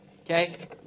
Okay